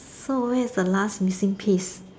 so where is the last missing piece